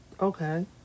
Okay